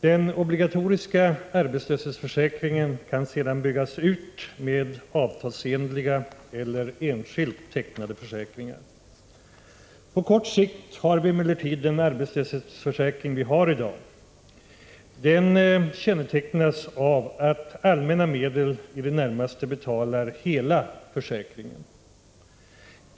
Den obligatoriska arbetslöshetsförsäkringen kan sedan byggas ut med avtalsenliga eller enskilt tecknade försäkringar. På kort sikt har vi emellertid den arbetslöshetsförsäkring som vi har i dag. Den kännetecknas av att allmänna medel betalar i det närmaste hela försäkringen.